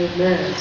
Amen